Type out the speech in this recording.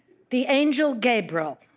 the angel gabriel